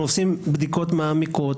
אנחנו עושים בדיקות מעמיקות.